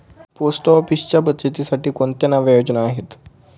Post ऑफिसच्या बचतीसाठी कोणत्या नव्या योजना आहेत?